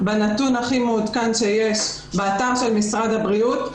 בנתון הכי מעודכן שיש באתר של משרד הבריאות.